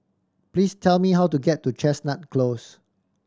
please tell me how to get to Chestnut Close